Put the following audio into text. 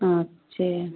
अच्छे